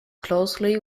closely